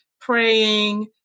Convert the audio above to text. praying